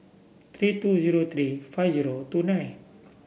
three two zero three five zero two nine